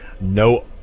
no